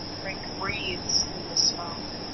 frank breathes in the smoke.